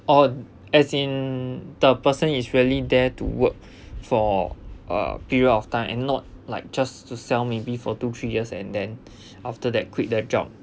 or as in the person is really there to work for a period of time and not like just to sell maybe for two three years and then after that quit their job